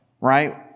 right